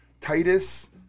Titus